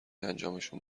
انجامشون